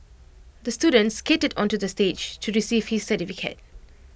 the student skated onto the stage to receive his certificate